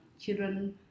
children